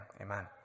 amen